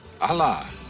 Allah